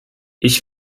ich